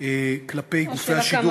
כלפי גופי השידור,